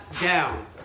down